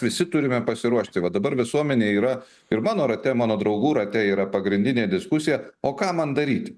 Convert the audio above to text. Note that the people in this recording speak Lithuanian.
visi turime pasiruošti va dabar visuomenė yra ir mano rate mano draugų rate yra pagrindinė diskusija o ką man daryti